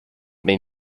made